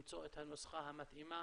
למצוא את הנוסחה המתאימה